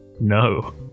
No